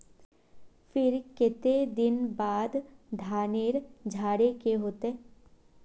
फिर केते दिन बाद धानेर झाड़े के होते?